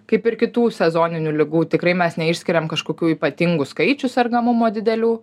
kaip ir kitų sezoninių ligų tikrai mes neišskiriam kažkokių ypatingų skaičių sergamumo didelių